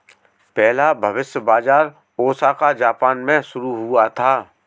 पहला भविष्य बाज़ार ओसाका जापान में शुरू हुआ था